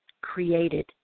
created